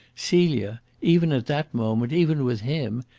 celia, even at that moment, even with him,